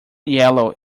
yellow